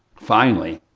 finally,